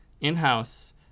in-house